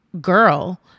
girl